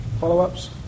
follow-ups